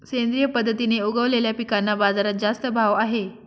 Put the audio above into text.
सेंद्रिय पद्धतीने उगवलेल्या पिकांना बाजारात जास्त भाव आहे